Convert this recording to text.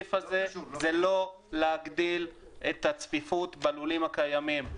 הסעיף הזה זה לא להגדיל את הצפיפות בלולים הקיימים.